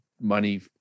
money